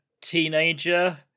teenager